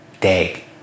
day